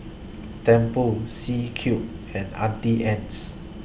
Tempur C Cube and Auntie Anne's